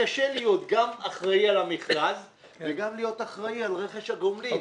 קשה להיות גם אחראי על המכרז וגם להיות אחראי על רכש הגומלין,